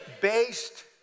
based